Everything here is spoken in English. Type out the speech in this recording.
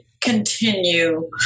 continue